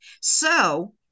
So-